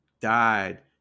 died